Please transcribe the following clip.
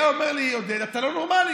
היה אומר לי עודד: אתה לא נורמלי.